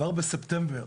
כבר בספטמבר,